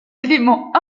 élément